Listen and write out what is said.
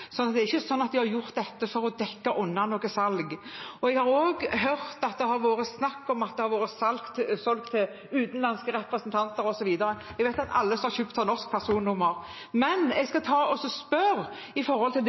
er ikke slik at de har gjort dette for å dekke over noe salg. Jeg har også hørt at det har vært snakk om at det har vært solgt til utenlandske representanter, osv., men jeg vet at alle som har kjøpt, har norsk personnummer. Jeg skal spørre om det du ber om, nemlig: Hva er grunnlaget for at en har gjort det